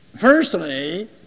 Firstly